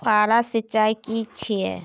फव्वारा सिंचाई की छिये?